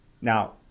Now